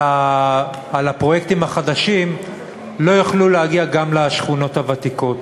הפרויקטים החדשים לא יכלו להגיע גם לשכונות הוותיקות?